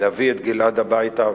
להביא את גלעד הביתה,